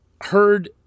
heard